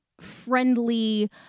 friendly